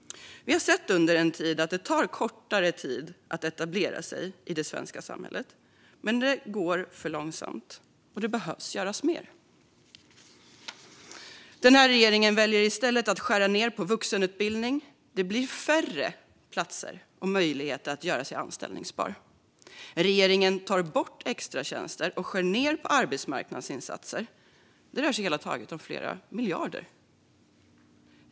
Vi har sett att det nu tar kortare tid att etablera sig i det svenska samhället, men det går för långsamt. Mer behöver göras. Denna regering väljer i stället att skära ned på vuxenutbildning så att det blir färre platser och möjligheter att göra sig anställbar. Regeringen tar även bort extratjänster och skär ned på arbetsmarknadsinsatser. Det rör sig om flera miljarder.